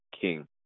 king